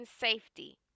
safety